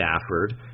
Stafford